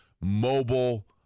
mobile